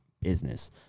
business